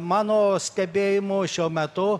mano stebėjimu šiuo metu